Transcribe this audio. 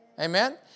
Amen